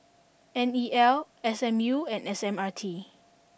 N E L S M U and S M R T